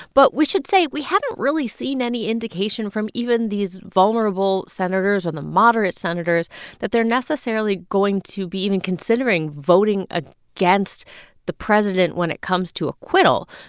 but we should say we haven't really seen any indication from even these vulnerable senators or the moderate senators that they're necessarily going to be even considering voting ah against the president when it comes to acquittal.